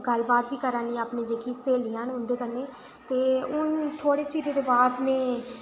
गल्ल बात बी करा नी मेरी जेह्की सेह्लियां न उं'दे ते हून थोह्ड़े चिरे दे बा'द